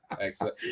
Excellent